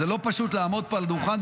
זה לא פשוט לעמוד פה על הדוכן,